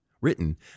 written